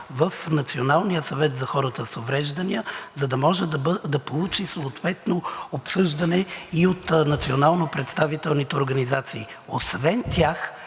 в Националния съвет за хората с увреждания, за да може да получи съответно обсъждане и от национално представените организации. Освен тях